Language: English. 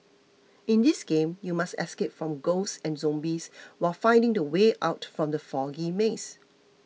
in this game you must escape from ghosts and zombies while finding the way out from the foggy maze